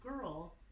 girl